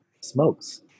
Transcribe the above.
smokes